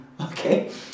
Okay